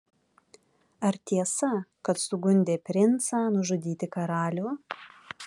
ar tiesa kad sugundė princą nužudyti karalių